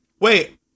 Wait